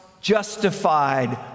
justified